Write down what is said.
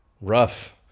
Rough